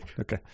Okay